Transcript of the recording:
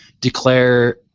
declare